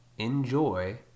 Enjoy